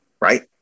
right